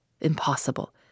Impossible